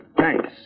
Thanks